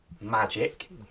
magic